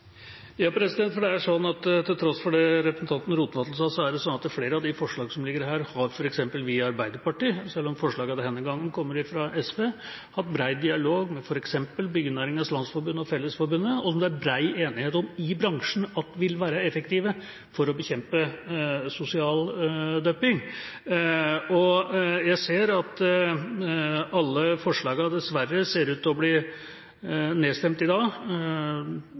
Til tross for det representanten Rotevatn sa, er det sånn at flere av de forslagene som ligger her, har vi i Arbeiderpartiet, selv om forslagene denne gangen kommer fra SV, hatt bred dialog med f.eks. Byggenæringens Landsforbund og Fellesforbundet om. Det er bred enighet i bransjen om at de vil være effektive for å bekjempe sosial dumping. Jeg ser at alle forslagene dessverre ser ut til å bli nedstemt i dag,